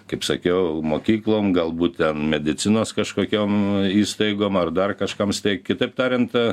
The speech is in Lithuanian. kaip sakiau mokyklom galbūt ten medicinos kažkokiom įstaigom ar dar kažkam steigt kitaip tariant